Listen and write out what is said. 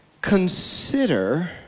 consider